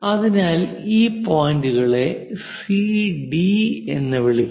അതിനാൽ ഈ പോയിന്റുകളെ സി ഡി C D എന്ന് വിളിക്കാം